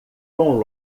com